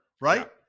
right